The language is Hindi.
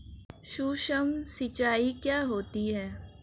सुक्ष्म सिंचाई क्या होती है?